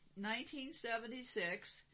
1976